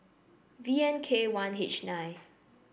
V N K one H nine